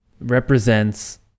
represents